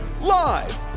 Live